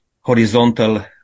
Horizontal